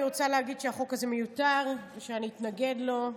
אני רוצה להגיד שהחוק הזה מיותר ושאני אתנגד לו.